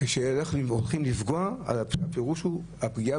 כשהולכים לפגוע הפירוש הוא שהפגיעה